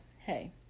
hey